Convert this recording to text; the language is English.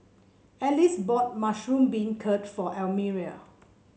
Alyce bought Mushroom Beancurd for Elmire